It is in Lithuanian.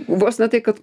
vos ne tai kad